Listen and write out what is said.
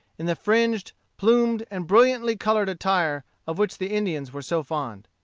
in the fringed, plumed, and brilliantly colored attire of which the indians were so fond.